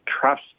trust